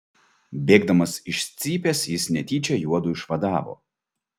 bėgdamas iš cypės jis netyčia juodu išvadavo